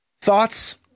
thoughts